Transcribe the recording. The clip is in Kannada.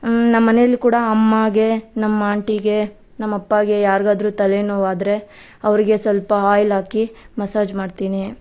ನಮ್ಮ ಮನೇಲಿ ಕೂಡ ಅಮ್ಮಾಗೆ ನಮ್ಮ ಆಂಟಿಗೆ ನಮ್ಮ ಅಪ್ಪಾಗೆ ಯಾರಿಗಾದ್ರೂ ತಲೆನೋವು ಆದರೆ ಅವರಿಗೆ ಸ್ವಲ್ಪ ಆಯಿಲ್ ಹಾಕಿ ಮಸಾಜ್ ಮಾಡ್ತೀನಿ